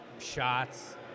shots